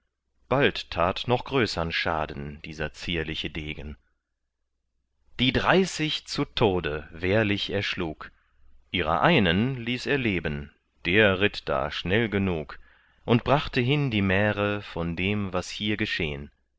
bald tat noch größern schaden dieser zierliche degen die dreißig zu tode wehrlich er schlug ihrer einen ließ er leben der ritt da schnell genug und brachte hin die märe von dem was hier geschehn